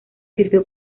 sirvió